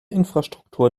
infrastruktur